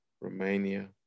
Romania